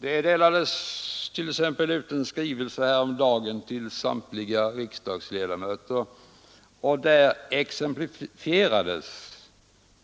Det delades ut en skrivelse häromdagen till samtliga riksdagsledamöter, där det t.ex. påvisades